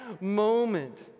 moment